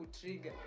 trigger